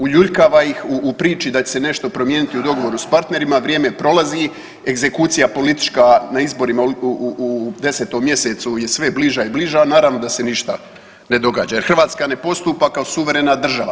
Uljuljkava ih u priči da će se nešto promijeniti u dogovoru sa partnerima, vrijeme prolazi, egzekucija politička na izborima u 10 mjesecu je sve bliža i bliža, a naravno da se ništa ne događa jer Hrvatska ne postupa kao suverena država.